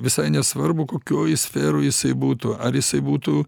visai nesvarbu kokioj sferoj jisai būtų ar jisai būtų